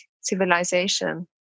civilization